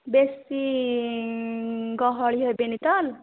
ବେଶି ଗହଳି ହେବେନି ତ